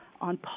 on